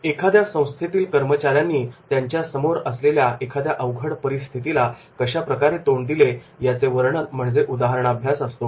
एखाद्या संस्थेतील कर्मचार्यांनी त्यांच्या समोर आलेल्या एखाद्या अवघड परिस्थितीला कशाप्रकारे तोंड दिले याचे वर्णन म्हणजे उदाहरण अभ्यास असतो